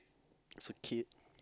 is a kid